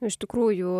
iš tikrųjų